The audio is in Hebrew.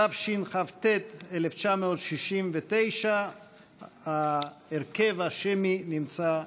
התשכ"ט 1969. ההרכב השמי נמצא אצלכם.